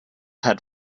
had